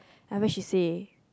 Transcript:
then what she say